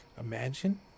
Imagine